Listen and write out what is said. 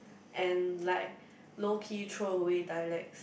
and like low key throw away dialects